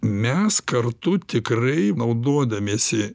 mes kartu tikrai naudodamiesi